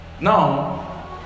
Now